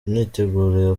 imyiteguro